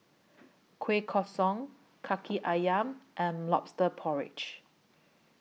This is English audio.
Kueh Kosui Kaki Ayam and Lobster Porridge